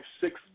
six